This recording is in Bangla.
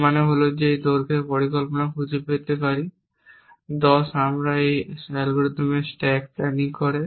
এর মানে হল যে আমরা দৈর্ঘ্যের পরিকল্পনা খুঁজে পেতে পারি 10 আমরা এই অ্যালগরিদমগুলি স্ট্যাক প্ল্যানিং করে